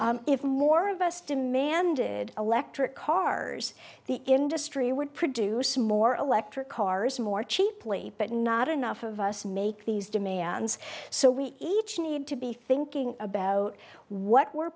if more of us demanded electric cars the industry would produce more electric cars more cheaply but not enough of us make these demands so we each need to be thinking about what we're